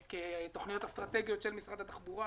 וכתוכניות אסטרטגיות של משרד התחבורה,